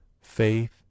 faith